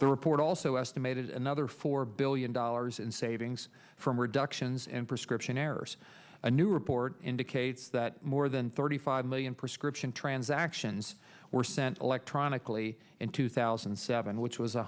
the report also estimated another four billion dollars in savings from reductions in prescription errors a new report indicates that more than thirty five million prescription transactions were sent electronically in two thousand and seven which was